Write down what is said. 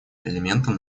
элементом